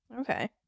okay